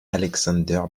alexander